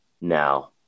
now